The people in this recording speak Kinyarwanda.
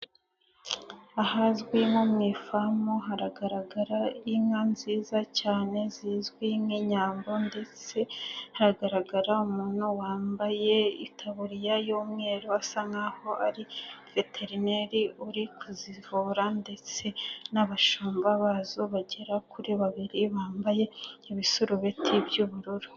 Ahazwi nko mu ifamu, haragaragara inka nziza cyane zizwi nk'inyambo ndetse haragaragara umuntu wambaye ikaburiya y'umweru, asa nkaho ari veterineri uri kuzivura ndetse n'abashumba bazo bagera kuri babiri bambaye ibisurobeti by'ubururu.